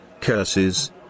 Curses